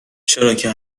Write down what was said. چراکه